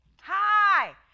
Hi